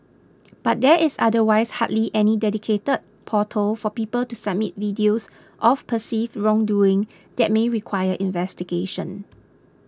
but there is otherwise hardly any dedicated portal for people to submit videos of perceived wrongdoing that may require investigation